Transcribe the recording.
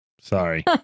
Sorry